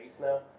now